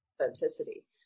authenticity